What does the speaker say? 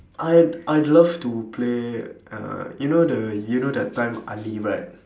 I I'd love to play uh you know the you know that time ali right